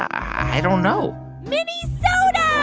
i don't know mini-soda